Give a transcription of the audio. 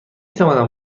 توانم